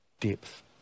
depth